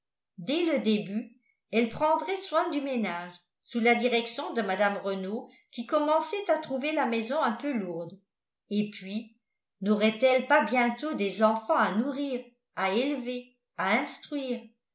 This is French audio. dès le début elle prendrait soin du ménage sous la direction de mme renault qui commençait à trouver la maison un peu lourde et puis n'aurait-elle pas bientôt des enfants à nourrir à élever à instruire